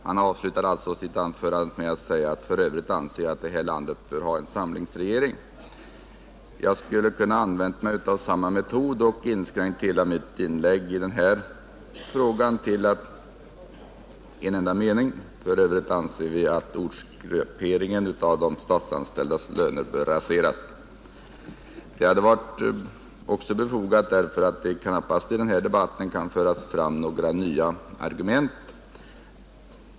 Talaren slutade alltså med orden: ”För Övrigt anser jag att det här landet bör ha en samlingsregering.” Jag skulle kunna ha använt samma metod och inskränkt mitt inlägg i denna fråga till en enda mening: För övrigt anser jag att ortsgrupperingen av de statsanställdas löner bör raseras. Det hade också varit befogat därför att det knappast i denna debatt kan föras fram några nya argument.